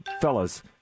fellas